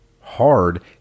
hard